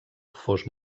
fos